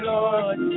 Lord